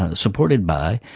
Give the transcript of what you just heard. ah supported by,